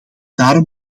daarom